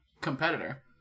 competitor